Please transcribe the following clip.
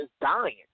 dying